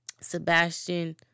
Sebastian